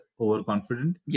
overconfident